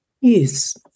Yes